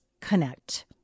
connect